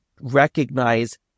recognize